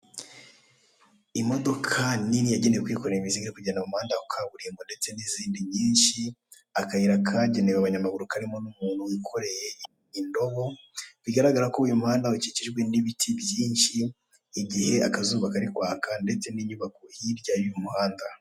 Imodoka nini yagenewe kwikorera imizigo iri kugenda mu muhanda wa kaburimbo ndetse n'izindi nyinshi, akayira kagenewe abanyamaguru karimo n'umuntu wikoreye indobo. Bigaragara ko uyu muhanda ukikijwe n'ibiti byinshi, igihe akazuba kari kwaka ndetse n'inyubako hirya y'uyu muhanda.